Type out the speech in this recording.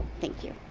thank you.